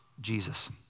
Jesus